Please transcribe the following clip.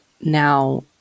now